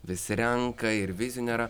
vis renka ir vizijų nėra